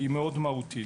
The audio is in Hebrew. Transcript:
היא מאוד מהותית.